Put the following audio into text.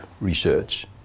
research